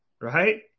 right